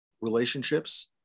relationships